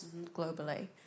globally